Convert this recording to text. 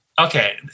okay